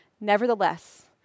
nevertheless